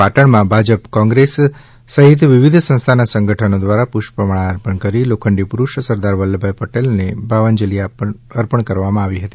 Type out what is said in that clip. પાટણમાં ભાજપ કોંગ્રેસ સહિત વિવિધ સંસ્થાના સંગઠનો દ્વારા પુષ્પમાળા અર્પણ કરી લોખંડી પુરૂષ સરદાર વલ્લભભાઇ પટેલનો ભાવાંજલિ અર્પણ કરી હતી